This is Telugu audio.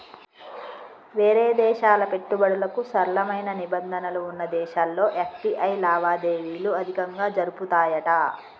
వేరే దేశాల పెట్టుబడులకు సరళమైన నిబంధనలు వున్న దేశాల్లో ఎఫ్.టి.ఐ లావాదేవీలు అధికంగా జరుపుతాయట